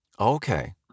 okay